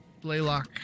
Blaylock